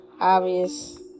obvious